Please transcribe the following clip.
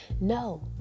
No